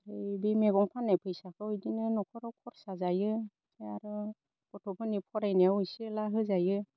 ओमफाय बै मैगं फाननाय फैसाखौ इदिनो न'खराव खरसा जायो आरो गथ'फोरनि फरायनायाव एसे एला होजायो